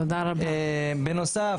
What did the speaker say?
בנוסף,